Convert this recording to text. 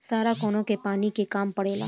सारा कौनो के पानी के काम परेला